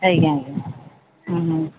ଆଜ୍ଞା ଆଜ୍ଞା ହୁଁ ହୁଁ